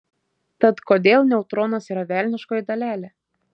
tad kodėl neutronas yra velniškoji dalelė